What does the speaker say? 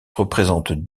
représente